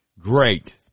Great